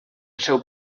seu